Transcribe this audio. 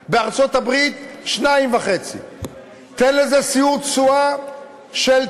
בארצות-הברית, 2.5. תן לזה שיעור תשואה של 9%,